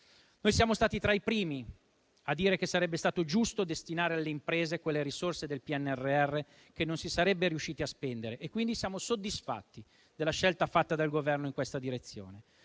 Siamo stati tra i primi a dire che sarebbe stato giusto destinare alle imprese le risorse del PNRR che non si sarebbe riusciti a spendere, quindi siamo soddisfatti della scelta fatta dal Governo in questa direzione.